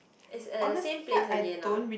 is at the same place again ah